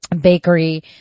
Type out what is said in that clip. bakery